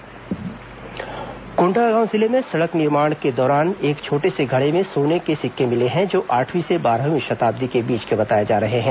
कोंडागांव सिक्का घड़ा कोंडागांव जिले में सड़क निर्माण के दौरान एक छोटे से घड़े में सोने के सिक्के मिले हैं जो आठवीं से बारहवीं शताब्दी के बीच के बताए जा रहे हैं